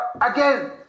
again